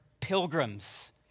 pilgrims